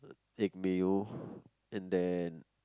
egg mayo and then